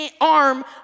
arm